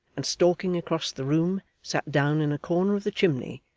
and stalking across the room sat down in a corner of the chimney,